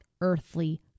earthly